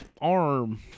Arm